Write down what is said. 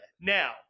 now